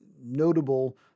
notable